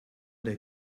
der